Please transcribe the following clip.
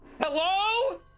Hello